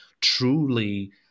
truly